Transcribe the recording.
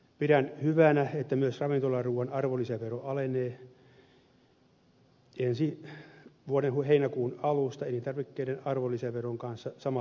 pidän hyvänä että myös ravintolaruuan arvonlisävero alenee ensi vuoden heinäkuun alusta elintarvikkeiden arvonlisäveron kanssa samalle tasolle